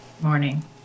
morning